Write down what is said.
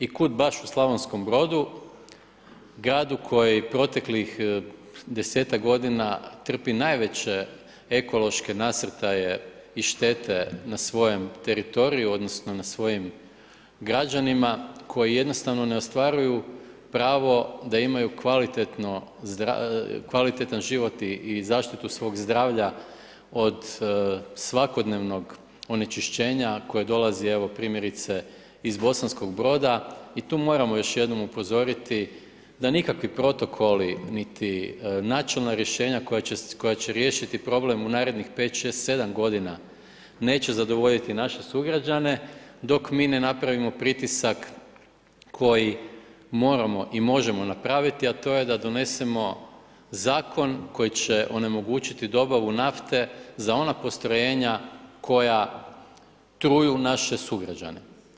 I kud baš u Slavonskom Brodu, gradu koji proteklih desetak godina trpi najveće ekološke nasrtaje i štete na svojem teritoriju odnosno nad svojim građanima koji jednostavno ne ostvaruju pravo da imaju kvalitetan život i zaštitu svog zdravlja od svakodnevnog onečišćenja koje dolazi evo, primjerice iz Bosanskog Broda i tu moramo još jednom upozoriti da nikakvi protokoli niti načelna rješenja koja će riješiti problem u narednih 5, 6, 7 godina neće zadovoljiti naše sugrađane dok mi ne napravimo pritisak koji moramo i možemo napraviti, a to je da donesemo zakon koji će onemogućiti dobavu nafte za ona postrojenja koja truju naše sugrađane.